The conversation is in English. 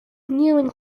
kneeling